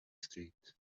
street